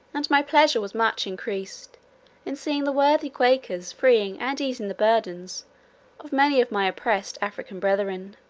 and my pleasure was much increased in seeing the worthy quakers freeing and easing the burthens of many of my oppressed african brethren.